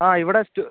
ആ ഇവിടെ സ്റ്റോ